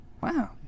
Wow